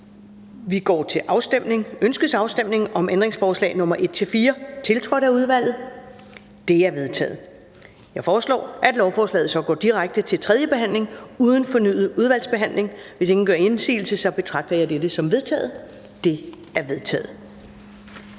af udvalget, eller om ændringsforslag nr. 2, tiltrådt af udvalget? De er vedtaget. Jeg foreslår, at lovforslaget går direkte til tredje behandling uden fornyet udvalgsbehandling. Hvis ingen gør indsigelse, betragter jeg dette som vedtaget. Det er vedtaget.